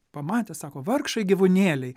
pamatę sako vargšai gyvūnėliai